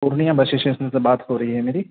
Purnia bus station سے بات ہو رہی ہے میری